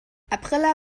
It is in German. april